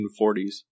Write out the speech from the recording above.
1940s